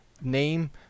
name